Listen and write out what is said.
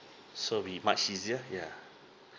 so be much easier yeah